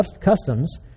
customs